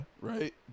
right